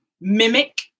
mimic